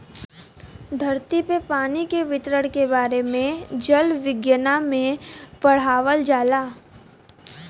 धरती पे पानी के वितरण के बारे में जल विज्ञना में पढ़ावल जाला